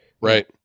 Right